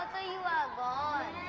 ah you are gone.